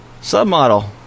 submodel